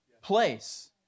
place